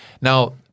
Now